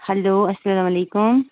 hello اَسلامُ علیکُم